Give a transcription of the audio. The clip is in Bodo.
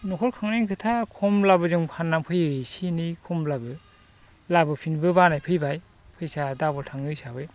न'खर खुंनायनि खोथा खमब्लाबो जों फाननानै फैयो एसे एनै खमब्लाबो लाबोफिननोबो बानाय फैबाय फैसा दाबोल थाङो हिसाबै